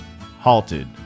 halted